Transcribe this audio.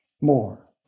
more